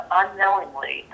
unknowingly